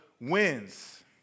wins